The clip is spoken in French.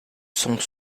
sont